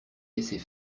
laisser